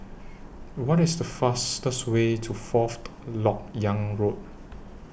What IS The fastest Way to Fourth Lok Yang Road